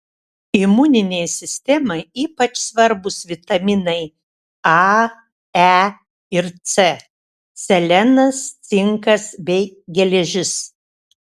imuninei sistemai ypač svarbūs vitaminai a e ir c selenas cinkas bei geležis